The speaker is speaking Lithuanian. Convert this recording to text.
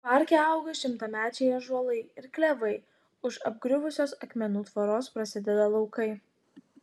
parke auga šimtamečiai ąžuolai ir klevai už apgriuvusios akmenų tvoros prasideda laukai